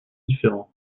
différents